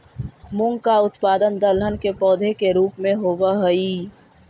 मूंग का उत्पादन दलहन के पौधे के रूप में होव हई